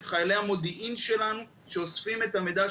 את חיילי המודיעין שלנו שאוספים את המידע,